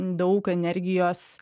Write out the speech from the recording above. daug energijos